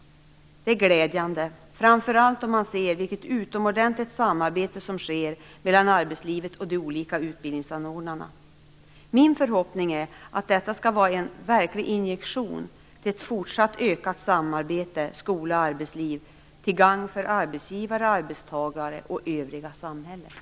Det är glädjande, framför allt då man ser vilket utomordentligt samarbete som sker mellan arbetslivet och de olika utbildningsanordnarna. Min förhoppning är att detta skall vara en verklig injektion till fortsatt utökat samarbete mellan skola och arbetsliv till gagn för arbetsgivare, arbetstagare och det övriga samhället.